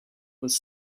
was